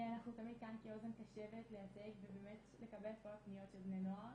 אנחנו תמיד כאן כאוזן קשבת לייצג ובאמת לקבל את כל הפניות של בני נוער.